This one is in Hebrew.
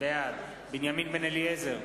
בעד יולי יואל אדלשטיין,